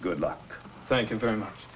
good luck thank you very much